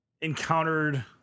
encountered